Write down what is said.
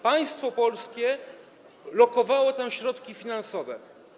Państwo polskie lokowało tam środki finansowe.